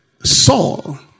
Saul